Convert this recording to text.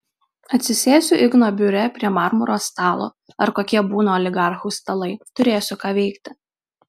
atsisėsiu igno biure prie marmuro stalo ar kokie būna oligarchų stalai turėsiu ką veikti